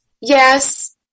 Yes